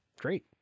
great